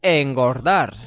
engordar